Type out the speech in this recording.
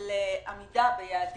שיש בה גם יעד